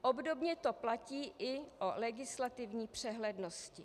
Obdobně to platí i o legislativní přehlednosti.